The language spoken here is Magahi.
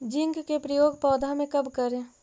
जिंक के प्रयोग पौधा मे कब करे?